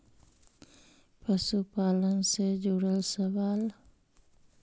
पशुपालन से जुड़ल सवाल?